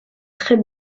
très